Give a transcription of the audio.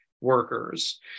workers